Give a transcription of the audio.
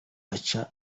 aca